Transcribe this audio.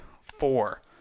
four